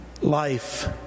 life